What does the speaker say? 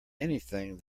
anything